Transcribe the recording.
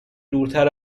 دورتر